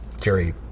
Jerry